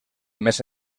més